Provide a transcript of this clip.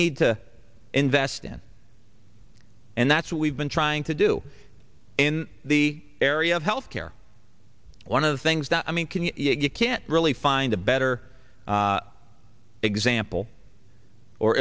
need to invest in and that's what we've been trying to do in the area of health care one of the things that i mean can you can't really find a better example or